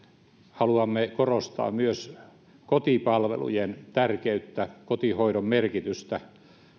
haluamme korostaa myös kotipalvelujen tärkeyttä kotihoidon merkitystä